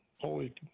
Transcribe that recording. holy